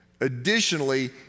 Additionally